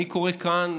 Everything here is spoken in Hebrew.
אני קורא כאן,